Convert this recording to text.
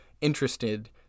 interested